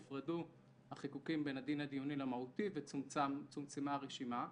והופרדו החיקוקים בין הדין הדיוני למהותי וצומצמה הרשימה.